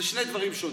אלה שני דברים שונים.